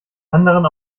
anderen